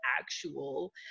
actual